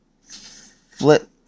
flip